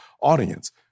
audience